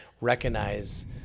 recognize